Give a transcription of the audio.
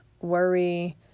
worry